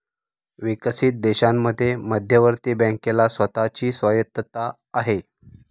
विकसित देशांमध्ये मध्यवर्ती बँकेला स्वतः ची स्वायत्तता आहे